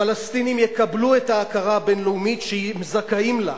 הפלסטינים יקבלו את ההכרה הבין-לאומית שהם זכאים לה,